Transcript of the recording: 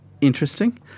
interesting